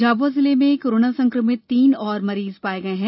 झाबुआ जिले में कोरोना संक्रमित तीन और मरीज पाये गये है